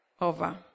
over